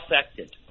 affected